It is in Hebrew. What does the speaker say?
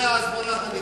זה ההסברה הנכונה.